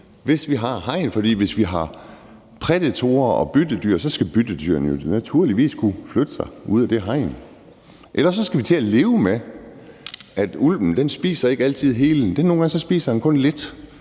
hvis vi har hegn. For hvis vi har rovdyr og byttedyr, skal byttedyrene naturligvis kunne flytte sig ud af den indhegning. Ellers skal vi til at leve med, at ulven ikke altid spiser hele dyret, for nogle gange spiser den kun lidt.